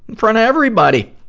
front of everybody!